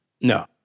No